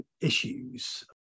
issues